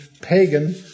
pagan